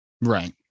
Right